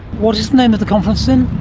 what is the name of the conference then?